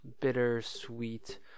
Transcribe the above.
bitter-sweet